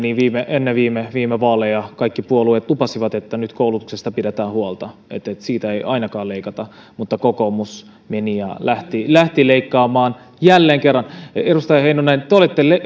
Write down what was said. ennen viime viime vaaleja kaikki puolueet lupasivat että nyt koulutuksesta pidetään huolta että siitä ei ainakaan leikata mutta kokoomus meni ja lähti lähti leikkaamaan jälleen kerran edustaja heinonen te olette